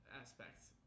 aspects